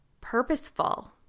purposeful